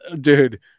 Dude